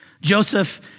Joseph